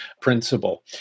principle